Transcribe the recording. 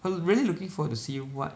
I was really looking forward to see what